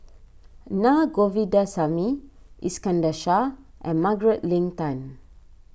Naa Govindasamy Iskandar Shah and Margaret Leng Tan